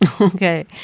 Okay